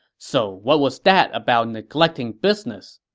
so what was that about neglecting business?